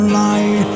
lie